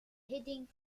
hitting